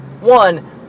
one